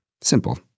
Simple